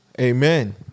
Amen